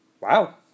Wow